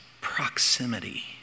proximity